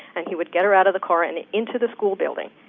and he would get her out of the car and into the school building.